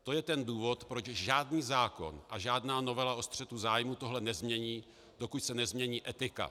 To je ten důvod, proč žádný zákon a žádná novela o střetu zájmů tohle nezmění, dokud se nezmění etika.